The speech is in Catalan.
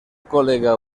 col·lega